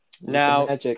Now